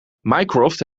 mycroft